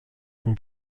son